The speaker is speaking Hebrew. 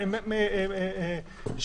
מתודית.